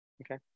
Okay